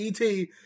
ET